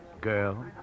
girl